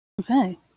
Okay